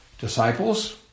Disciples